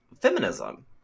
feminism